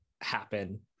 happen